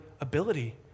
ability